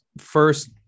first